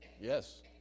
Yes